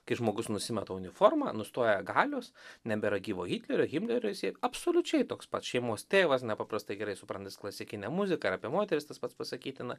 kai žmogus nusimeta uniformą nustoja galios nebėra gyvo hitlerio himlerio jisai absoliučiai toks pat šeimos tėvas nepaprastai gerai suprantantis klasikinę muziką ir apie moteris tas pats pasakytina